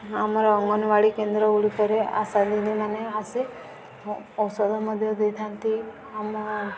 ଆମର ଅଙ୍ଗନବାଡ଼ି କେନ୍ଦ୍ରଗୁଡ଼ିକରେ ଆଶା ଦିନିମାନେ ଆସି ଔଷଧ ମଧ୍ୟ ଦେଇଥାନ୍ତି ଆମ